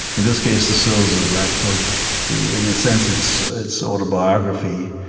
in this case, the souls of black folk in a sense, it's it's autobiography.